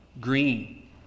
green